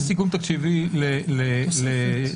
יש סיכום תקציבי לתוספת.